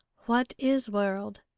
what is world?